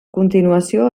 continuació